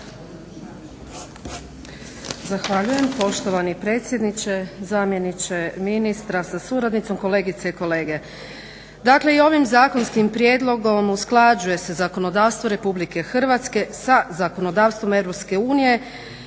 Zahvaljujem poštovani predsjedniče, zamjeniče ministra sa suradnicom, kolegice i kolege. Dakle, i ovim zakonskim prijedlogom usklađuje se zakonodavstvo RH sa zakonodavstvom EU i